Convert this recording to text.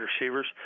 receivers